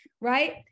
right